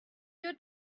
your